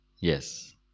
yes